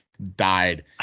died